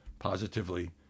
positively